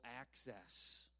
access